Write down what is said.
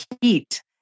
heat